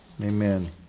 Amen